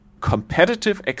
competitive